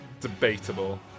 Debatable